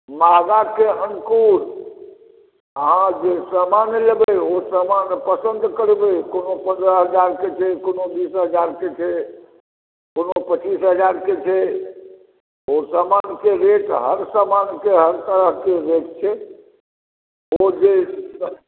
महँगा छै अङ्कुर अहाँ जे समान लेबै अहाँ जे पसन्द करबै कोनो पन्द्रह हजारके छै कोनो बीस हजारके छै कोनो पचीस हजारके छै ओ समानके रेट हर समानके हर तरहके रेट छै ओ जे